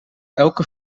elke